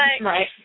Right